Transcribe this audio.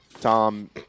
Tom